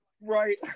right